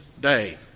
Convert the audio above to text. day